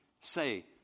say